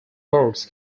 boards